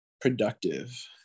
productive